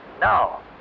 now